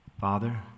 father